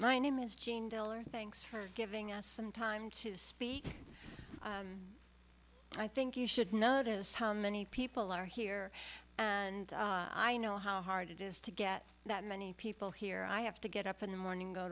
my name is jean diller thanks for giving us some time to speak i think you should notice how many people are here and i know how hard it is to get that many people here i have to get up in the morning go